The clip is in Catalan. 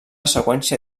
seqüència